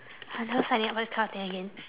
I'm never signing up for this kind of thing again